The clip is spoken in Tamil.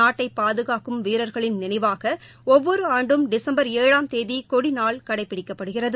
நாட்டை பாதுகாக்கும் வீரர்களின் நினைவாக ஒவ்வொரு ஆண்டும் டிசும்பர் ஏழாம் தேதி கொடிநாள் கடைபிடிக்கப்படுகிறது